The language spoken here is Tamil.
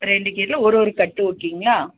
ரெண்டு கீரையில ஒரு ஒரு கட்டு ஓகேங்களா